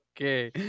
Okay